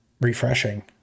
refreshing